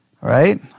right